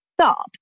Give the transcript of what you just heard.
stop